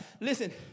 listen